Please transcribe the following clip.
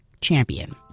Champion